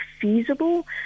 feasible